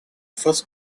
first